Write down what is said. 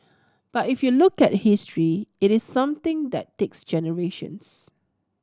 but if you look at history it is something that takes generations